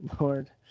Lord